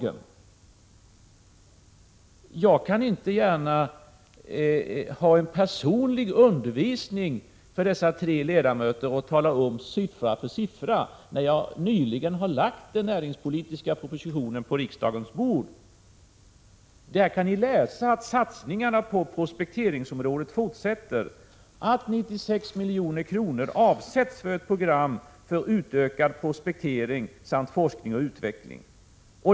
Jag kan inte gärna ha en personlig undervisning för dessa tre ledamöter och gå igenom siffra för siffra, när jag nyligen lagt fram en näringspolitisk proposition på riksdagens bord? Där kan ni läsa att satsningarna på prospekteringsområdet fortsätter, att 96 milj.kr. avsätts för ett program för utökad prospektering samt forskning och utveckling.